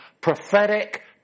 prophetic